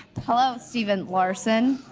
hello, stephen larsen.